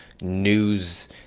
news